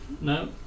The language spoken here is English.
No